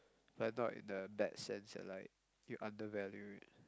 but it's not in the bad sense that like you undervalue it